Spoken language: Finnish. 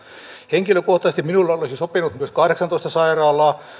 henkilökohtaisesti minulle olisi sopinut myös kahdeksantoista sairaalaa